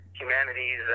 humanities